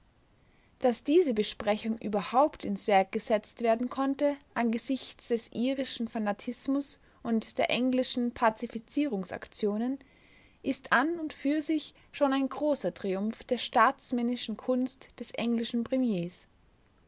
daß diese besprechung überhaupt ins werk gesetzt werden konnte angesichts des irischen fanatismus und der englischen pazifizierungsaktionen ist an und für sich schon ein großer triumph der staatsmännischen kunst des englischen premiers